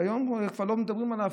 שהיום כבר לא מדברים עליו,